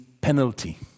penalty